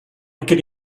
could